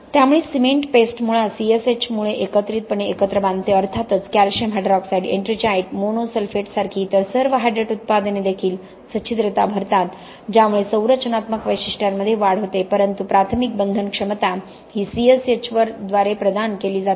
त्यामुळे cement paste मुळात C S H मुळे एकत्रितपणे एकत्र बांधते अर्थातच कॅल्शियम हायड्रॉक्साईड एट्रिंजाईट मोनोसल्फेट सारखी इतर सर्व हायड्रेट उत्पादने देखील सच्छिद्रता भरतात ज्यामुळे संरचनात्मक वैशिष्ट्यांमध्ये वाढ होते परंतु प्राथमिक बंधन क्षमता ही C S H द्वारे प्रदान केली जाते